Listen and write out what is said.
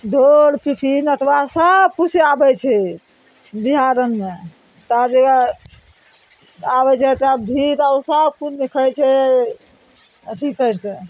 ढोल पिपही नटुआ सबकिछु आबय छै बियाह दानमे सब जगह आबय छै तब भीख आओर उ सब पुण्य कहय छै अथी करिकऽ